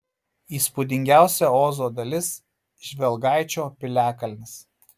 įspūdingiausia ozo dalis žvelgaičio piliakalnis